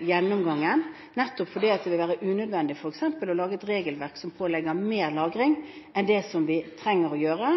gjennomgangen, nettopp fordi det vil være unødvendig f.eks. å lage et regelverk som pålegger mer lagring enn det vi trenger å gjøre,